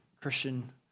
Christian